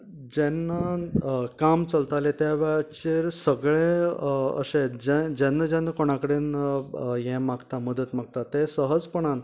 जेन्ना काम चलताले त्या वेळाचेर सगळें अशें जे जेन्ना जेन्ना कोणा कडेन हे मागता मदत मागता ते सहजपणान